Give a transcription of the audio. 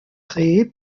créé